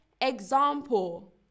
example